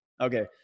Okay